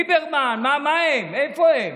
וליברמן, מה הם, איפה הם?